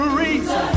reason